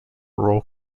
roll